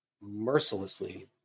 mercilessly